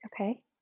Okay